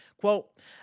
Quote